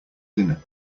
dinner